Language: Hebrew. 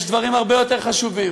יש דברים הרבה יותר חשובים.